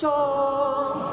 Song